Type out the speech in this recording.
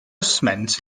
sment